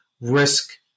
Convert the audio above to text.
risk